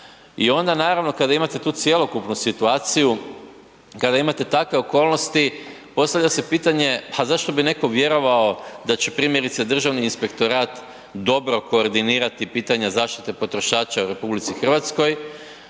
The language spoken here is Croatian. I onda naravno kada imate tu cjelokupnu situaciju, kada imate takve okolnosti postavlja se pitanje pa zašto bi netko vjerovao da će primjerice Državni inspektorat dobro koordinirati pitanje zaštite potrošača u RH, zašto